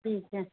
ठीक है